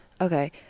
Okay